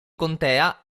contea